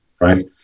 right